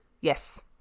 Yes